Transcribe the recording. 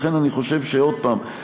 לכן אני חושב שעוד פעם,